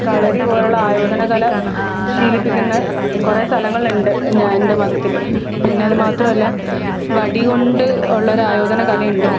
കളരി പോലുള്ള ആയോധനകല ശീലിപ്പിക്കുന്ന കുറേ സ്ഥലങ്ങളുണ്ട് ഞാൻ എൻ്റെ മതത്തിൽ പിന്നെ അത് മാത്രമല്ല വടി കൊണ്ട് ഉള്ള ഒരു ആയോധന കല ഉണ്ട്